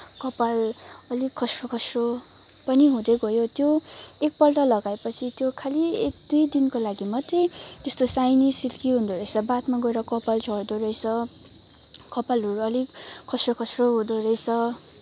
कपाल अलिक खस्रो खस्रो पनि हुँदै गयो त्यो एकपल्ट लगाएपछि त्यो खालि दुई दिनको लागिमात्रै त्यस्तो साइनी सिल्की हुँदो रहेछ बादमा गएर कपाल झर्दो रहेछ कपालहरू अलिक खस्रो खस्रो हुँदो रहेछ